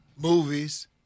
Movies